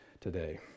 today